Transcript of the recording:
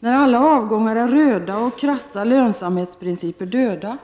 ”När alla avgångar är röda och krassa lönsamhetsprinciper döda,